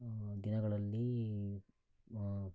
ದಿನಗಳಲ್ಲಿ